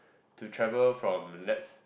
to travel from let's